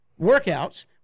workouts